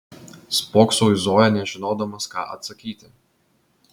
spoksau į zoją nežinodamas ką atsakyti